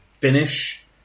finish